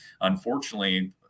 unfortunately